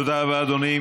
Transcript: תודה רבה, אדוני.